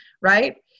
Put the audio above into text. right